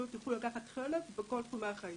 אפילו זכיתי להופיע בסיום השנה, לדגם קטע של באך,